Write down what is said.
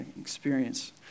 experience